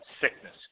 sickness